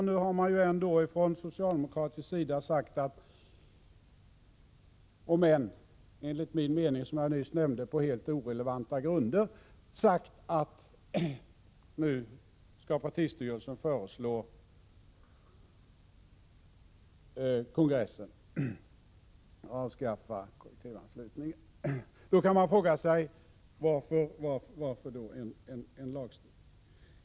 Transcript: Nu har man från socialdemokratisk sida sagt — om än enligt min mening på helt irrelevanta grunder — att partistyrelsen skall föreslå kongressen att avskaffa kollektivanslutningen. Då kan man fråga sig: Varför en lagstiftning?